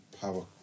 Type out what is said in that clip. power